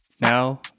Now